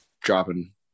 dropping